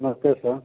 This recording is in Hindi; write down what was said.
नमस्ते सर